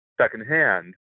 secondhand